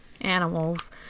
animals